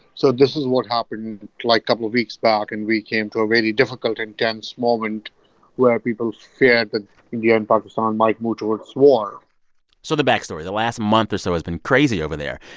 so this is what happened, and like, couple of weeks back. and we came to a really difficult and tense moment where people feared that but india and pakistan might move towards war so the backstory the last month or so has been crazy over there.